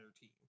team